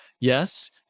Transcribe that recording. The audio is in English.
Yes